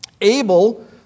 Abel